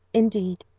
indeed,